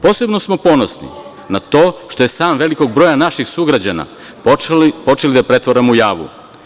Posebno smo ponosni na to što smo san velikog broja naših sugrađana počeli da pretvaramo u javu.